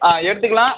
ஆ எடுத்துக்கலாம்